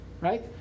right